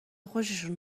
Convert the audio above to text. خوششون